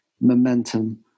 momentum